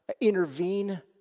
intervene